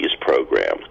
program